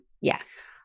Yes